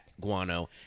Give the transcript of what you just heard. guano